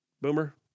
Boomer